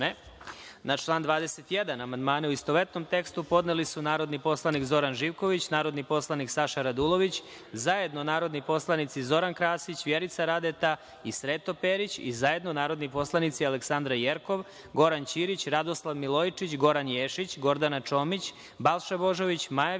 član 21. amandmane, u istovetnom tekstu, podneli su narodni poslanik Zoran Živković, narodni poslanik Saša Radulović, zajedno narodni poslanici Zoran Krasić, Vjerica Radeta i Sreto Perić i zajedno narodni poslanici Aleksandra Jerkov, Goran Ćirić, Radoslav Milojičić, Goran Ješić, Gordana Čomić, Balša Božović, Maja Videnović,